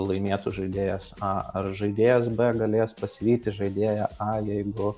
laimėtų žaidėjas a ar žaidėjas b galės pasivyti žaidėją a jeigu